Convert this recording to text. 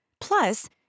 Plus